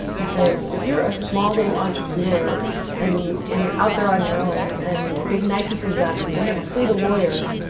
because if you're a small little entrepreneur and and you're out there on your own and big nike comes after you, they have a fleet of lawyers.